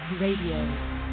Radio